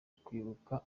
kwibuka